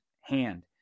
hand